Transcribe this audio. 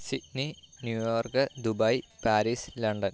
Sydney New York Dubai Paris London